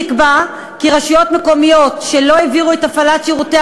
נקבע כי רשויות מקומיות שלא העבירו את הפעלת שירותי